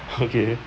okay